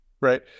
right